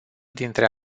dintre